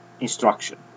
instruction